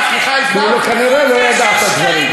כי כנראה הוא לא ידע את הדברים.